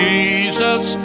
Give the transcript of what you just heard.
Jesus